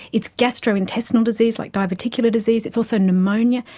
it's gastrointestinal disease like diverticular disease, it's also pneumonia,